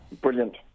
brilliant